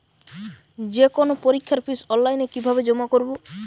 যে কোনো পরীক্ষার ফিস অনলাইনে কিভাবে জমা করব?